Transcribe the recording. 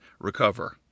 recover